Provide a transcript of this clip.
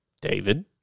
David